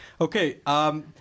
Okay